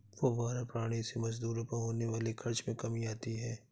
फौव्वारा प्रणाली से मजदूरों पर होने वाले खर्च में कमी आती है